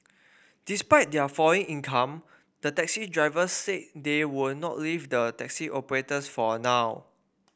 despite their falling income the taxi drivers said they would not leave the taxi operators for now